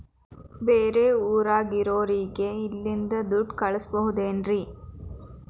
ಬೇರೆ ಊರಾಗಿರೋರಿಗೆ ಇಲ್ಲಿಂದಲೇ ದುಡ್ಡು ಕಳಿಸ್ಬೋದೇನ್ರಿ?